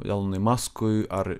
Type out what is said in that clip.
elonui maskui ar